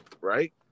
Right